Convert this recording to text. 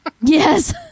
yes